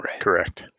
Correct